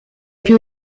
più